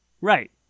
Right